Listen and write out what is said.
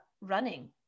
running